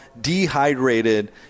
dehydrated